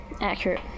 Accurate